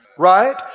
Right